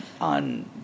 on